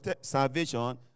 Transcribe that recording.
salvation